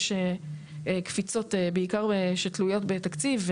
יש קפיצות שבעיקר תלויות בתקציב,